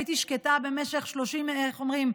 הייתי שקטה במשך 30, איך אומרים?